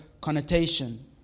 connotation